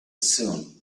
soon